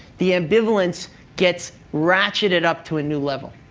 the ambivalence gets ratcheted up to a new level.